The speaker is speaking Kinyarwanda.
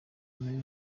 nyuma